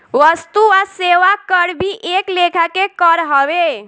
वस्तु आ सेवा कर भी एक लेखा के कर हवे